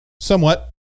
somewhat